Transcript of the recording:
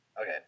Okay